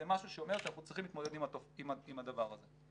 זה משהו שאומר שאנחנו צריכים להתמודד עם הדבר הזה.